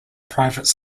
private